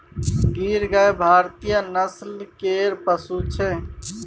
गीर गाय भारतीय नस्ल केर पशु छै